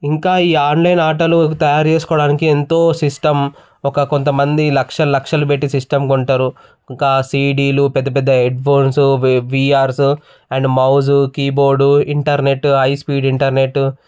ఇంకా ఈ ఆన్లైన్ ఆటలు తయారుచేసుకోడానికి ఎంతో సిస్టమ్ ఒక కొంత మంది లక్షలు లక్షలు పెట్టి సిస్టం కొంటారు ఇంకా సీడీలు పెద్ద పెద్ద హెడ్ఫోన్స్ వే VRs and mouse keyboard internet high speed internet